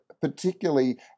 particularly